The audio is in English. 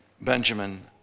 Benjamin